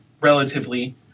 relatively